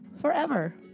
forever